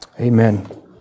amen